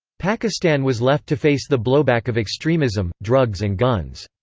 pakistan was left to face the blowback of extremism, drugs and guns.